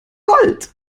gold